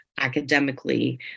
academically